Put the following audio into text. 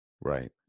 right